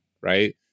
right